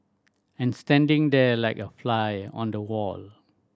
and standing there like a fly on the wall